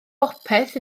bopeth